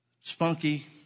spunky